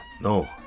no